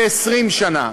ל-20 שנה.